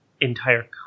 entire